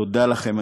תודה לכם,